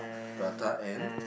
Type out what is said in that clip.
prata and